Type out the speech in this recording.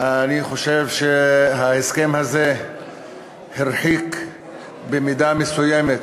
אני חושב שההסכם הזה הרחיק במידה מסוימת